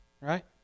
right